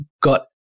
got –